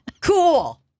Cool